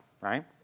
right